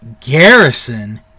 Garrison